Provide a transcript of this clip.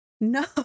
No